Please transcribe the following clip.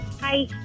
Hi